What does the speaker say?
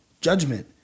judgment